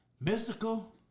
Mystical